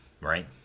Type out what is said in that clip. right